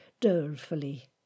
dolefully